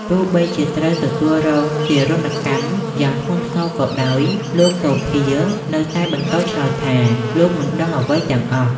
ទោះបីជាត្រូវទទួលរងទារុណកម្មយ៉ាងធ្ងន់ធ្ងរក៏ដោយ លោក សូភា នៅតែបន្តឆ្លើយថា លោកមិនដឹងអ្វីទាំងអស់។